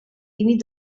límit